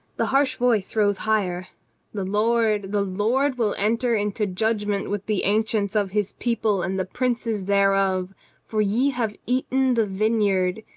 the harsh voice rose higher the lord, the lord will enter into judgment with the ancients of his people and the princes thereof for ye have eaten the vineyard,